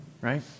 right